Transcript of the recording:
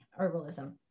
herbalism